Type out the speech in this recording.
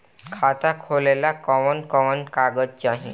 खाता खोलेला कवन कवन कागज चाहीं?